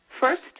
first